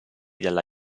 dalla